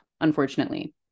unfortunately